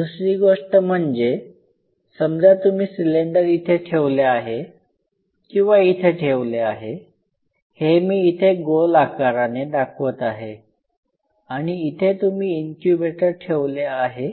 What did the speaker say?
दुसरी गोष्ट म्हणजे समजा तुम्ही सिलेंडर इथे ठेवले आहे किंवा इथे ठेवले आहे हे मी इथे गोल आकाराने दाखवत आहे आणि इथे तुम्ही इन्क्युबेटर ठेवले आहे